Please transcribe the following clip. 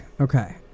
okay